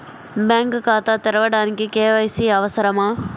Bank ఖాతా తెరవడానికి KYC అవసరమా?